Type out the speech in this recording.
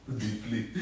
deeply